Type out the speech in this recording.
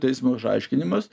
teismo išaiškinimas